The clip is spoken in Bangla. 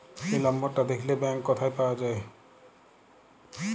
এই লম্বরটা দ্যাখলে ব্যাংক ক্যথায় পাউয়া যায়